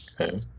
Okay